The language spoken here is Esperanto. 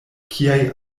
kiaj